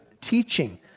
teaching